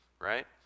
right